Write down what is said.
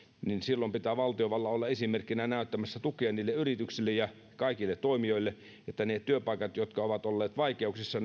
silloin pitää valtiovallan olla esimerkkinä näyttämässä tukea niille yrityksille ja kaikille toimijoille että ne työpaikat jotka ovat olleet vaikeuksissa